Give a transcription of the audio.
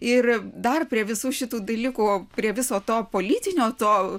ir dar prie visų šitų dalykų prie viso to politinio to